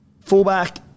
Fullback